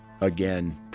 Again